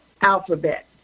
Alphabet